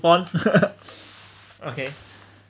on okay